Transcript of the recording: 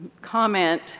comment